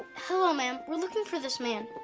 hello ma'am, we're looking for this man.